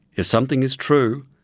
if something is true,